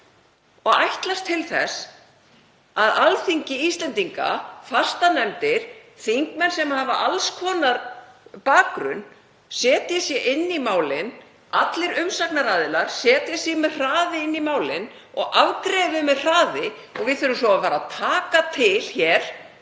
og ætlast til þess að Alþingi Íslendinga, fastanefndir, þingmenn sem hafa alls konar bakgrunn, setji sig inn í málin, allir umsagnaraðilar setji sig með hraði inn í málin og afgreiði þau með hraði og við þurfum svo að taka til hér